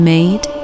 Made